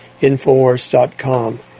Infowars.com